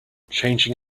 changing